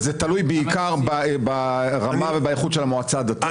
זה תלוי בעיקר ברמה ובאיכות של המועצה הדתית,